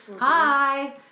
hi